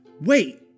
Wait